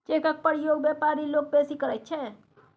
चेकक प्रयोग बेपारी लोक बेसी करैत छै